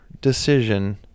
decision